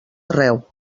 arreu